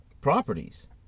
properties